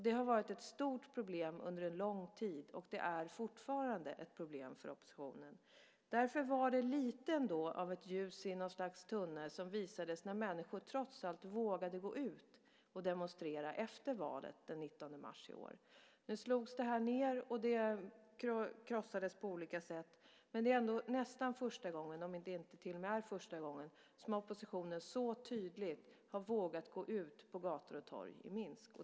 Det har varit ett stort problem under en lång tid, och det är fortfarande ett problem för oppositionen. Därför var det ändå lite av ett ljus i något slags tunnel som visades när människor trots allt vågade gå ut och demonstrera efter valet den 19 mars i år. Nu slogs detta ned och krossades på olika sätt, men det är ändå nästan första gången - om det inte till och med är första gången - som oppositionen så tydligt har vågat gå ut på gator och torg i Minsk.